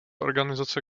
organizace